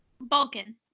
balkan